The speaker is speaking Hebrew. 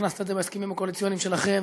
הכנסת את זה בהסכמים הקואליציוניים שלכם,